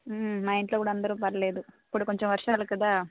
మా ఇంట్లో కూడా అందరు పర్లేదు ఇప్పుడు కొంచం వర్షాలు కదా